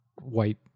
white